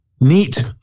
neat